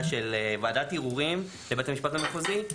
של ועדת ערעורים בבית המשפט המחוזי,